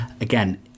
again